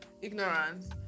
ignorance